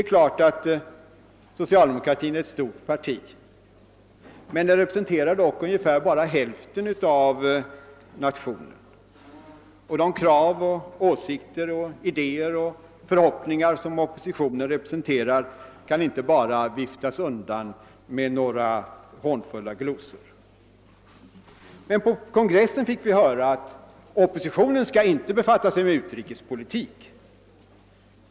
Visserligen är socialdemokratin ett stort parti, men den representerar dock bara ungefär hälften av nationen, och de krav, åsikter, idéer och förhoppningar som oppositionen representerar kan inte bara viftas bort med några hånfulla glosor. På kongressen fick vi höra att oppositionen inte bör befatta sig med utrikespolitik.